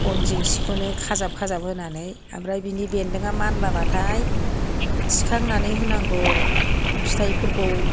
गन जेंसिखौ खाजाब खाजाब होनानै ओमफ्राय बेनि बेन्दोंआ मानलाबाथाय थिखांनानै होनांगौ फिथाइफोरखौ